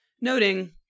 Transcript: noting